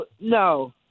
No